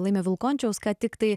laimio vilkončiaus ką tiktai